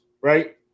right